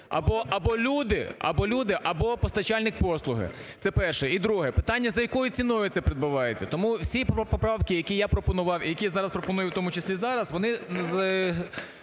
або люди, або постачальник послуги. Це перше. І друге. Питання, за якою ціною це придбавається. Тому всі поправки, які я пропонував і, які зараз пропоную в тому числі зараз, вони